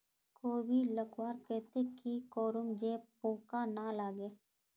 कोबी लगवार केते की करूम जे पूका ना लागे?